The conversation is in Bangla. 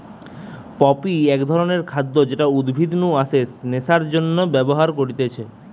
পপি এক ধরণের খাদ্য যেটা উদ্ভিদ নু আসে নেশার জন্যে ব্যবহার করতিছে